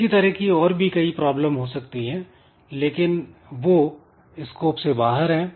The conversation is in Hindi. इसी तरह की और भी कई प्रॉब्लम हो सकती है लेकिन वह स्कोप से बाहर है